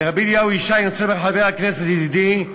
ורבי אליהו ישי, חבר הכנסת, ידידי,